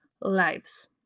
lives